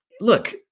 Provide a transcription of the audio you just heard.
Look